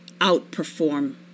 outperform